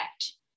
effect